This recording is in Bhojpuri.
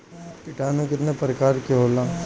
किटानु केतना प्रकार के होला?